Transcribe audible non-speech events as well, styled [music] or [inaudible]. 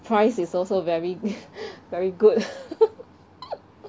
price is also very [laughs] very good [laughs]